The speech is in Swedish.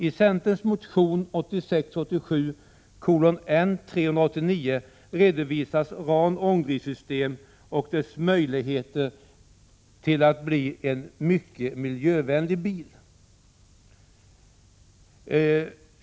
I centerns motion 1986/ 87:N389 redovisas RAN-ångdrivsystem och dess möjligheter när det gäller att få fram en mycket miljövänligare bil.